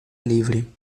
livre